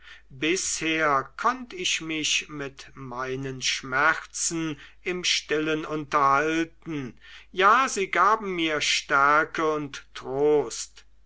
bisher konnt ich mich mit meinen schmerzen im stillen unterhalten ja sie gaben mir stärke und trost